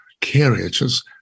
carriages